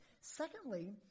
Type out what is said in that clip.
Secondly